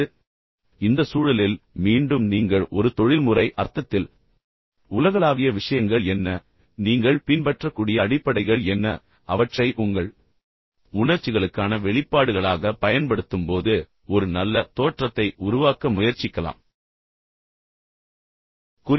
எனவே இந்த சூழலில் மீண்டும் நீங்கள் ஒரு தொழில்முறை அர்த்தத்தில் உலகளாவிய விஷயங்கள் என்ன நீங்கள் பின்பற்றக்கூடிய அடிப்படைகள் என்ன அவற்றை உங்கள் உணர்ச்சிகளுக்கான வெளிப்பாடுகளாகப் பயன்படுத்தும்போது ஒரு நல்ல தோற்றத்தை உருவாக்க முயற்சிக்கலாம் என்பதை தெரிந்துகொள்ள வேண்டும்